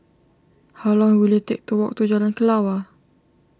how long will it take to walk to Jalan Kelawar